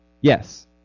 Yes